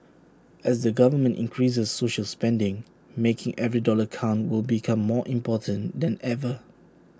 as the government increases social spending making every dollar count will become more important than ever